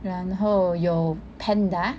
然后有 panda